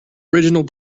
original